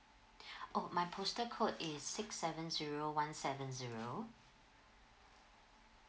oh my postal code is six seven zero one seven zero